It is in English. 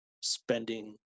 spending